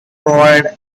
provide